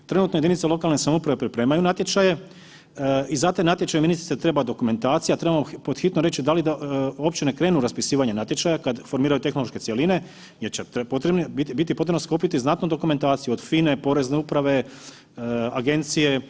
Trenutno jedinice lokalne samouprave pripremaju natječaje i za te natječaje, ministrice treba dokumentacija, trebamo pod hitno reći da li da općine krenu raspisivanje natječaja kad formiraju tehnološke cjeline jer će biti potrebno skupiti znatnu dokumentaciju, od FINA-e, Porezne uprave, agencije.